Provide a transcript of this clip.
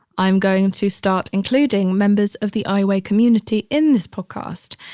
i'm going to start including members of the i weigh community. in this podcast.